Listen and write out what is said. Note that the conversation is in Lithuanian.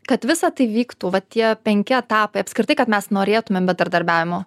kad visa tai vyktų va tie penki etapai apskritai kad mes norėtumėm bendradarbiavimo